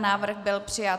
Návrh byl přijat.